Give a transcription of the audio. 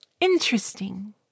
Interesting